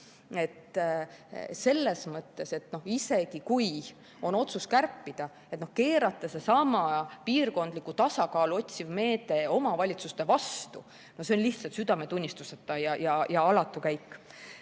et selles mõttes, isegi kui on otsus kärpida, siis keerata seesama piirkondlikku tasakaalu otsiv meede omavalitsuste vastu – see on lihtsalt südametunnistuseta ja alatu käik.